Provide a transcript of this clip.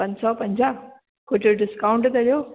पंज सौ पंजाहु कुझु डिस्काउंट त ॾियो